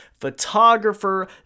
photographer